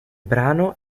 brano